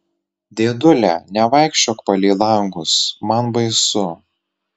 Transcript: dėdule nevaikščiok palei langus man baisu